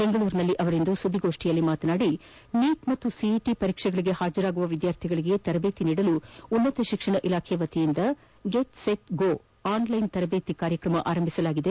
ಬೆಂಗಳೂರಿನಲ್ಲಿಂದು ಪತ್ರಿಕಾಗೋಷ್ಠಿಯಲ್ಲಿ ಮಾತನಾಡಿದ ಅವರು ನೀಟ್ ಹಾಗೂ ಸಿಇಟಿ ಪರೀಕ್ಷೆಗಳಿಗೆ ಹಾಜರಾಗುವ ವಿದ್ಯಾರ್ಥಿಗಳಿಗೆ ತರಬೇತಿ ನೀಡಲು ಉನ್ನತ ಶಿಕ್ಷಣ ಇಲಾಖೆ ವತಿಯಿಂದ ಗೆಟ್ ಸೆಟ್ ಗೋ ಆನಲ್ಲೆನ್ ತರದೇತಿ ಕಾರ್ಯಕ್ರಮ ಆರಂಭಿಸಲಾಗಿದೆ